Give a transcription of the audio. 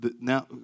Now